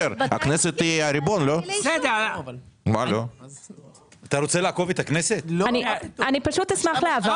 היא אמרה שהיא מסכימה ש --- אני פשוט אשמח להבהרה.